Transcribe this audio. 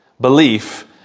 belief